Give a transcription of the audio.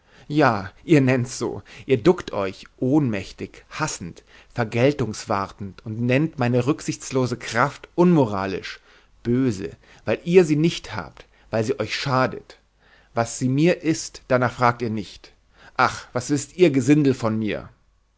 ja ihr nennt's so ihr duckt euch ohnmächtig hassend vergeltungwartend und nennt meine rücksichtslose kraft unmoralisch böse weil ihr sie nicht habt weil sie euch schadet was sie mir ist darnach fragt ihr nicht ach was wißt ihr gesindel von mir